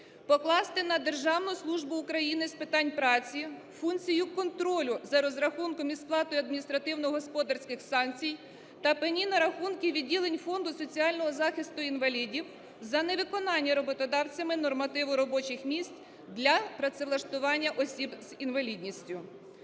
покласти на Державну службу України з питань праці функцію контролю за розрахунком і сплатою адміністративно-господарських санкцій та пені на рахунки відділень Фонду соціального захисту інвалідів за невиконання роботодавцями нормативу робочих місць для працевлаштування осіб з інвалідністю.